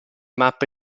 mappe